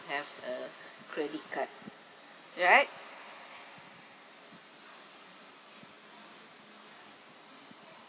have a credit card right